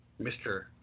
Mr